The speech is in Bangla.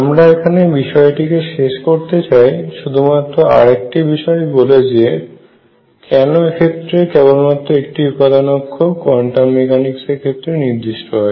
আমরা এখানে বিষয়টিকে শেষ করতে চাই শুধুমাত্র আর একটি বিষয়ে বলে যে কেন এক্ষেত্রে কেবলমাত্র একটি উপাদান অক্ষ কোয়ান্টাম মেকানিক্স এর ক্ষেত্রে নির্দিষ্ট হয়